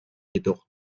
jedoch